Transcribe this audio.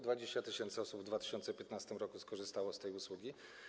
20 tys. osób w 2015 r. skorzystało z tej usługi.